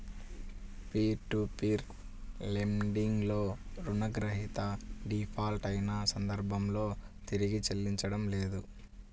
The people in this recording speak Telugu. పీర్ టు పీర్ లెండింగ్ లో రుణగ్రహీత డిఫాల్ట్ అయిన సందర్భంలో తిరిగి చెల్లించడం లేదు